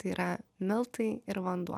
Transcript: tai yra miltai ir vanduo